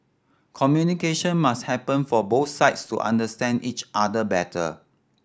communication must happen for both sides to understand each other better